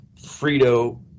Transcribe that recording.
Frito